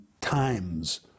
times